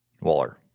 Waller